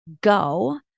go